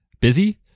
busy